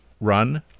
run